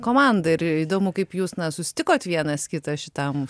komanda ir įdomu kaip jūs na susitikot vienas kitą šitam